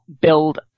build